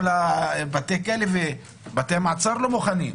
כל בתי הכלא ובתי מעצר לא מוכנים.